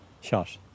shot